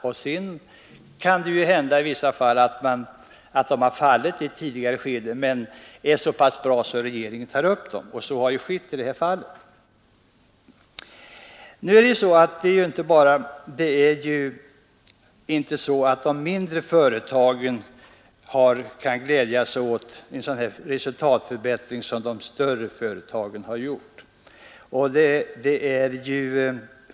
Även om förslagen har fallit i ett tidigare skede kan det visa sig att de ändå är så bra att regeringen tar upp dem igen, och så har skett i detta fall. De mindre företagen kan inte glädja sig åt en sådan resultatförbättring som de större företagen har visat.